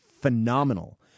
phenomenal